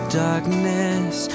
darkness